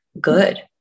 good